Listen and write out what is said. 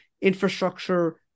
infrastructure